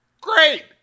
great